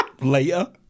later